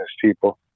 People